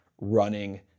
running